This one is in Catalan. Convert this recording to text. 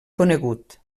conegut